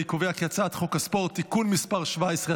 אני קובע כי הצעת חוק הספורט (תיקון מס' 17),